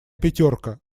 пятерка